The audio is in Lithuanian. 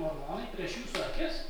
mormonai prieš jūsų akis